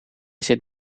zit